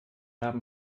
haben